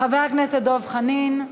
חבר הכנסת דב חנין,